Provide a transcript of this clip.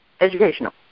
educational